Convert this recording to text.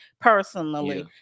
personally